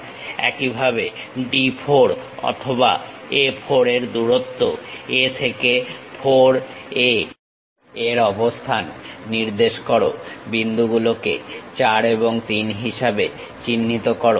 একইভাবে D 4 অথবা A 4 এর দূরত্ব A থেকে 4 এ এর অবস্থান নির্দেশ করো বিন্দুগুলোকে 4 এবং 3 হিসাবে চিহ্নিত করো